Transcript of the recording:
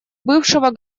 бывшего